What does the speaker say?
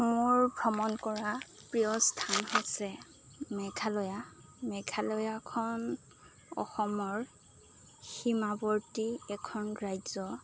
মোৰ ভ্ৰমণ কৰা প্ৰিয় স্থান হৈছে মেঘালয় মেঘালয়খন অসমৰ সীমাৱৰ্তী এখন ৰাজ্য